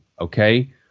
okay